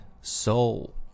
soul